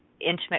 intimate